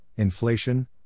inflation